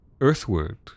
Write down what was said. earthward